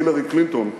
הילרי קלינטון,